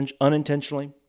unintentionally